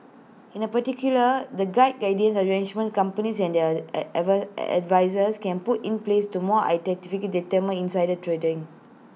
in A particular the guide guiding the arrangements companies and their ever advisers can put in place to more effectively deter insider trading